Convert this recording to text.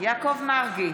יעקב מרגי,